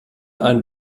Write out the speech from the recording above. ein